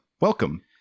welcome